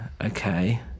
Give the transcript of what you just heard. Okay